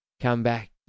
Comeback